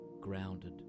grounded